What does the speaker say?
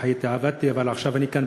אבל עכשיו אני כאן,